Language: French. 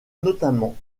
notamment